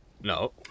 no